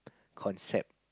concept